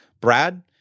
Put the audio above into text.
Brad